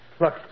Look